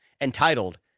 entitled